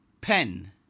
Pen